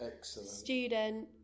student